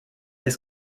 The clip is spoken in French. est